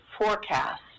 forecast